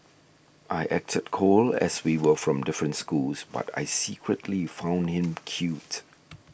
I acted cold as we were from different schools but I secretly found him cute